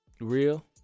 Real